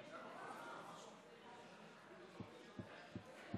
אני קובע כי הצעת החוק לא התקבלה.